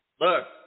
look